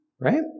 Right